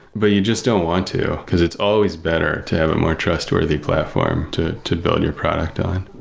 but you just don't want to, because it's always better to have a more trustworthy platform to to build your product on.